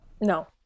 No